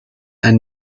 and